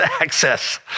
access